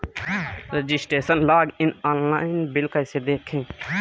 Registration login online bill कैसे देखें?